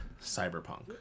cyberpunk